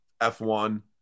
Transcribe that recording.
F1